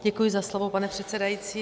Děkuji za slovo, pane předsedající.